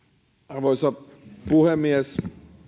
arvoisa puhemies